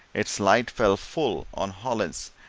its light fell full on hollins,